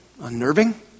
unnerving